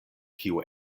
kiu